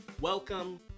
Welcome